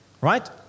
right